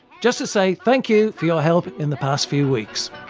just to say thank you for your help in the past few weeks.